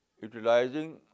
utilizing